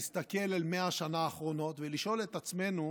להסתכל על 100 השנים האחרונות ולשאול את עצמנו